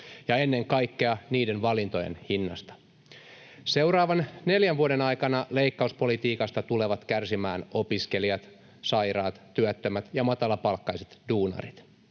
ja ennen kaikkea niiden valintojen hinnasta. Seuraavan neljän vuoden aikana leikkauspolitiikasta tulevat kärsimään opiskelijat, sairaat, työttömät ja matalapalkkaiset duunarit.